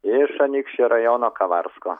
iš anykščių rajono kavarsko